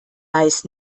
weiß